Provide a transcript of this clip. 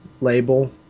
label